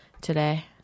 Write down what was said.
today